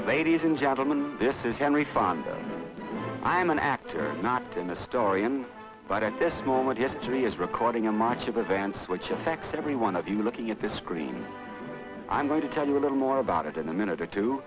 ladies and gentlemen this is henry fonda i'm an actor not in a story in but at this moment history is recording in march of advance which affects every one of you looking at this screen i'm going to tell you a little more about it in a minute or two